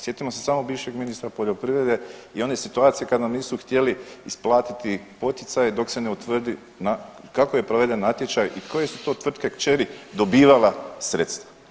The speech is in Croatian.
Sjetimo se samo bivšeg ministra poljoprivrede i one situacije kad nam nisu htjeli isplatiti poticaje dok se ne utvrdi kako je proveden natječaj i koje su to tvrtke kćeri dobivale sredstva.